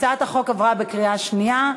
הצעת החוק עברה בקריאה שנייה.